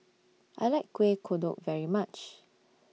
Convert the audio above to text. I like Kueh Kodok very much